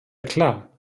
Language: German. klar